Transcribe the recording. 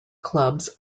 clubs